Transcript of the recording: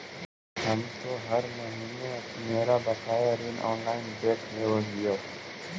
हम तो हर महीने मेरा बकाया ऋण ऑनलाइन देख लेव हियो